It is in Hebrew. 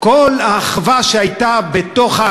כל האחווה שהייתה בוועדה,